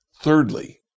Thirdly